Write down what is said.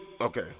Okay